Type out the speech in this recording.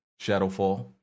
Shadowfall